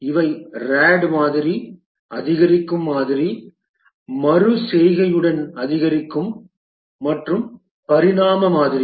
இவை RAD மாதிரி அதிகரிக்கும் மாதிரி மறு செய்கையுடன் அதிகரிக்கும் மற்றும் பரிணாம மாதிரி